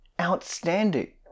outstanding